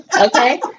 okay